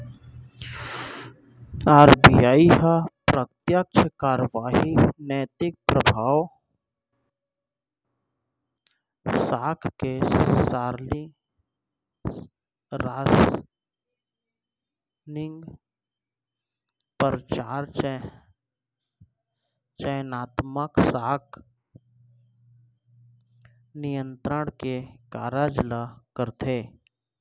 RBI ह प्रत्यक्छ कारवाही, नैतिक परभाव, साख के रासनिंग, परचार, चयनात्मक साख नियंत्रन के कारज ल करथे